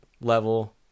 level